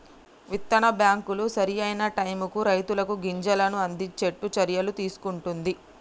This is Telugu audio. విత్తన బ్యాంకులు సరి అయిన టైముకు రైతులకు గింజలను అందిచేట్టు చర్యలు తీసుకుంటున్ది